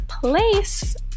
place